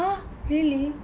!huh! really